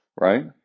right